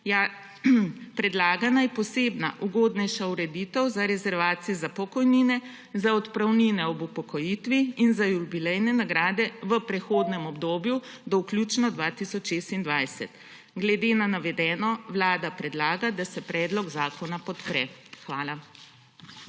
Predlagana je posebna, ugodnejša ureditev za rezervacije za pokojnine, za odpravnine ob upokojitvi in za jubilejne nagrade v prehodnem obdobje do vključno 2026. Glede na navedeno Vlada predlaga, da se predlog zakona podpre. Hvala.